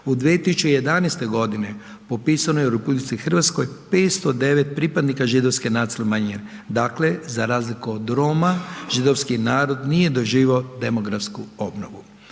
U 2011.g. popisano je u RH 509 pripadnika židovske nacionalne manjine, dakle za razliku od Roma židovski narod nije doživio demografsku obnovu.